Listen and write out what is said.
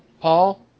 Paul